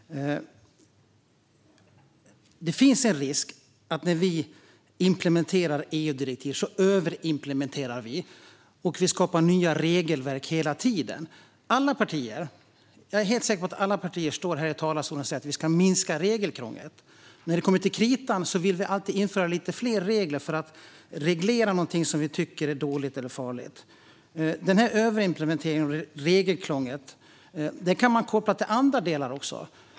Det finns en risk att vi överimplementerar när vi implementerar EU-direktiv och att vi skapar nya regelverk hela tiden. Jag är helt säker på att vi från alla partier står här i talarstolen och säger att vi ska minska regelkrånglet, men när det kommer till kritan vill vi alltid införa lite fler regler för att reglera något som vi tycker är dåligt eller farligt. Överimplementeringen och regelkrånglet kan man koppla till andra delar.